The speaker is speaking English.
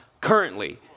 currently